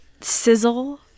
sizzle